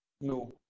no